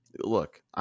Look